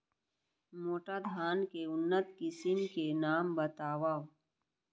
मोटा धान के उन्नत किसिम के नाम बतावव?